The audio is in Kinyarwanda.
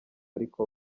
ariko